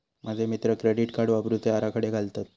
माझे मित्र credit card वापरुचे आराखडे घालतत